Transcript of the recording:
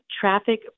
traffic